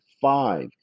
five